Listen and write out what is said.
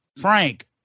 Frank